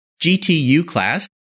GTU-Class